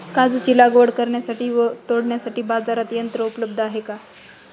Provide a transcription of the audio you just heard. काजूची लागवड करण्यासाठी व तोडण्यासाठी बाजारात यंत्र उपलब्ध आहे का?